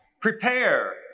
prepare